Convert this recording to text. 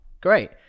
great